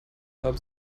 haben